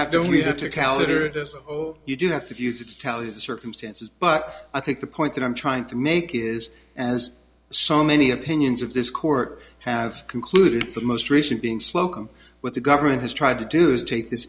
as you do have to fuse it to tally the circumstances but i think the point that i'm trying to make is as so many opinions of this court have concluded the most recent being slocombe what the government has tried to do is take this